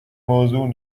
موضوع